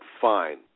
Fine